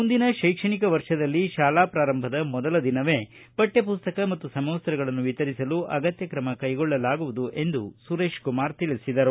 ಮುಂದಿನ ಶೈಕ್ಷಣಿಕ ವರ್ಷದಲ್ಲಿ ಶಾಲಾ ಪೂರಂಭದ ಮೊದಲ ದಿನವೆ ಪಠ್ಯ ಪುಸ್ತಕ ಮತ್ತು ಸಮವಸ್ಥಗಳನ್ನು ವಿತರಿಸಲು ಅಗತ್ಯ ಕ್ರಮ ಕೈಗೊಳ್ಳಲಾಗುವುದು ಎಂದು ಸುರೇಶಕುಮಾರ ತಿಳಿಸಿದರು